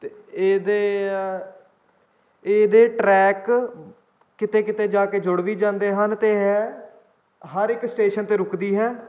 ਅਤੇ ਇਹਦੇ ਇਹਦੇ ਟਰੈਕ ਕਿਤੇ ਕਿਤੇ ਜਾ ਕੇ ਜੁੜ ਵੀ ਜਾਂਦੇ ਹਨ ਅਤੇ ਇਹ ਹਰ ਇੱਕ ਸਟੇਸ਼ਨ 'ਤੇ ਰੁਕਦੀ ਹੈ